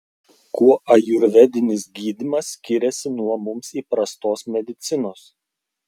kuo ajurvedinis gydymas skiriasi nuo mums įprastos medicinos